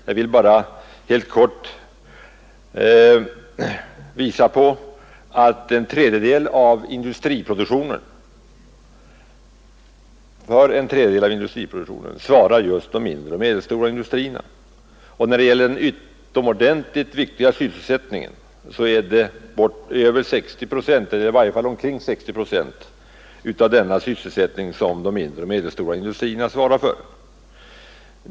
Jag vill bara helt kort nämna att för en tredjedel av industriproduktionen svarar just de mindre och medelstora industrierna. Och när det gäller den utomordentligt viktiga sysselsättningen är det omkring 60 procent av denna sysselsättning som de mindre och medelstora industrierna svarar för.